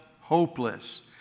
hopeless